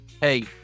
hey